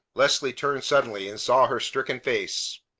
leslie turned suddenly, and saw her stricken face.